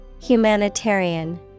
Humanitarian